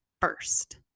first